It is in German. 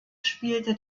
spielte